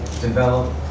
develop